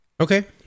Okay